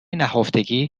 نهفتگی